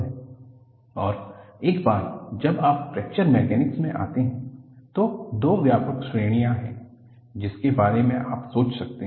LEFM और EPFM का वर्गीकरण और एक बार जब आप फ्रैक्चर मैकेनिक्स में आते हैं तो दो व्यापक श्रेणियां हैं जिनके बारे में आप सोच सकते हैं